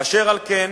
אשר על כן,